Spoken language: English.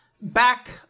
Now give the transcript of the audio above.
back